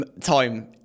time